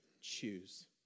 choose